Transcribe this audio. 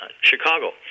Chicago